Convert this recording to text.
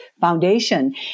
Foundation